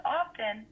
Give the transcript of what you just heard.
often